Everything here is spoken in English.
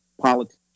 politics